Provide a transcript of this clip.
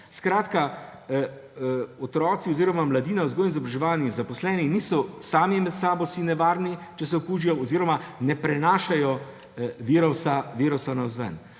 Skratka, otroci oziroma mladina v vzgoji in izobraževanju, zaposleni si niso sami med sabo neverni, če se okužijo, oziroma ne prenašajo virusa navzven.